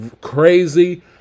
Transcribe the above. crazy